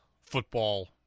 football